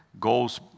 goes